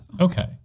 Okay